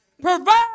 Provide